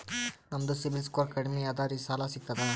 ನಮ್ದು CIBIL score ಕಡಿಮಿ ಅದರಿ ಸಾಲಾ ಸಿಗ್ತದ?